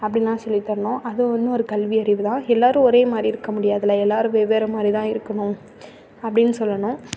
அப்டின்னுலாம் சொல்லித் தரணும் அது வந்து ஒரு கல்வி அறிவுதான் எல்லோரும் ஒரேமாதிரி இருக்க முடியாதுல எல்லோரும் வெவ்வேறு மாதிரிதான் இருக்கணும் அப்டின்னு சொல்லணும்